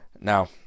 Now